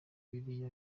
biriya